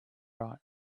right